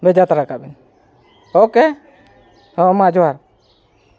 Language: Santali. ᱵᱷᱮᱡᱟ ᱛᱟᱨᱟ ᱠᱟᱜ ᱵᱤᱱ ᱳᱠᱮ ᱦᱮᱸ ᱢᱟ ᱡᱚᱦᱟᱨ